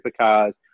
supercars